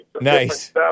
Nice